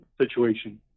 situation